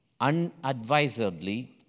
unadvisedly